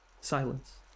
silence